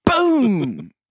boom